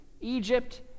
Egypt